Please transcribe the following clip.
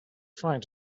trying